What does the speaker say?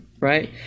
right